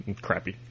Crappy